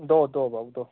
दो दो भाउ दो